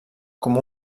com